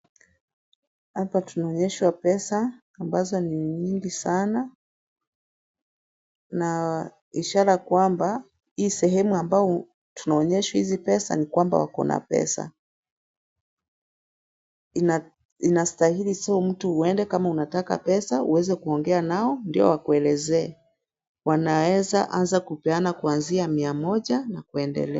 Hapa tunaonyeshwa pesa ambazo ni nyingi sana, na ishara kwamba, hii sehemu ambayo tunaonyeshwa hizi pesa, ni kwamba wako na pesa. Inastahili mtu uende kama unataka pesa, uweze kuongea nao ndio wakuelezee. Wanaeza anza kupeana kuanzia mia moja na kuendelea.